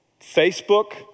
Facebook